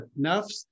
nafs